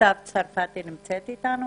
סתיו צרפתי נמצאת אתנו?